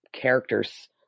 characters